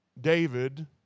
David